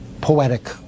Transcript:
poetic